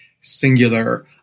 singular